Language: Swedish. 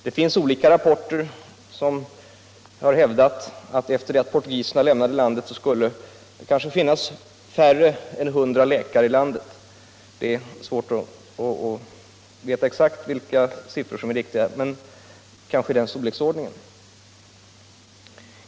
Det finns olika rapporter som har hävdat att det, efter det att portugiserna lämnade landet, skulle finnas kanske färre än 100 läkare där. Det är svårt att veta exakt vilka siffror som är riktiga, men detta torde ange storleksordningen.